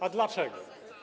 A dlaczego?